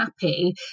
happy